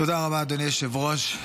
תודה רבה, אדוני היושב-ראש.